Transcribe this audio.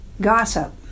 gossip